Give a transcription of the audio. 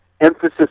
emphasis